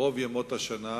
רוב ימות השנה,